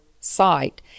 site